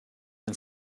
and